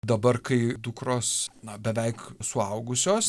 dabar kai dukros na beveik suaugusios